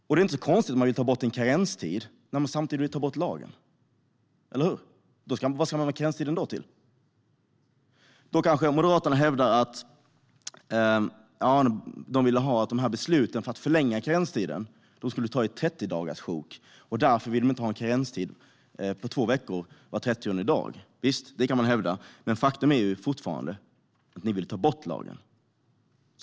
Det är inte så konstigt att man vill ta bort karenstiden när man samtidigt vill ta bort lagen, eller hur? Vad ska man då med karenstiden till? Moderaterna kan hävda att eftersom karenstiden skulle förlängas i 30dagarssjok ville de inte ha en karenstid på två veckor var trettionde dag. Visst, det kan de hävda, men faktum är fortfarande att Moderaterna vill ta bort lagen.